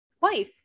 wife